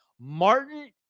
Martin